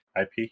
IP